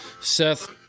seth